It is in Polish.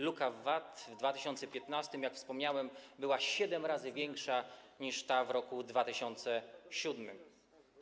Luka w VAT w 2015 r., jak wspomniałem, była siedem razy większa niż ta w roku 2007.